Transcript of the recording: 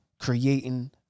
creating